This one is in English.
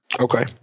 Okay